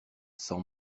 sans